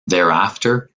thereafter